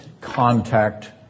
contact